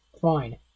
fine